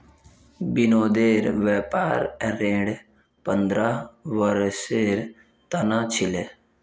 विनोदेर व्यापार ऋण पंद्रह वर्षेर त न छिले